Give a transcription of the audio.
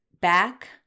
back